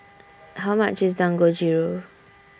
How much IS Dangojiru